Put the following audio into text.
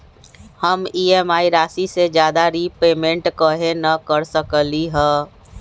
हम ई.एम.आई राशि से ज्यादा रीपेमेंट कहे न कर सकलि ह?